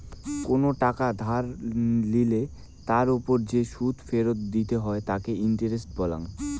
কোনো টাকা ধার লিলে তার ওপর যে সুদ ফেরত দিতে হই তাকে ইন্টারেস্ট বলাঙ্গ